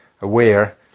aware